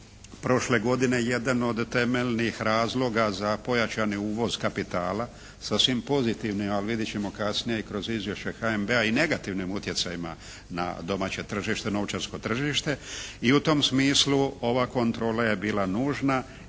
prošle godine jedan od temeljnih razloga za pojačani uvoz kapitala sa svim pozitivnim, a vidjet ćemo kasnije i kroz izvješće HNB-a i negativnim utjecajima na domaće tržište, novčarsko tržište i u tom smislu ova kontrola je bila nužna